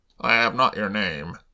I-have-not-your-name